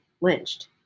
lynched